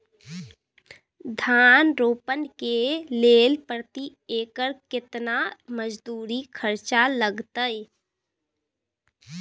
धान रोपय के लेल प्रति एकर केतना मजदूरी खर्चा लागतेय?